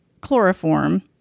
chloroform